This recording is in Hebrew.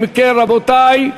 אם כן, רבותי,